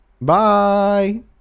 Bye